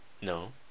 No